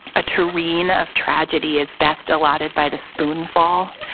a tureen of tragedy is best allotted by the spoon fall,